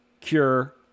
cure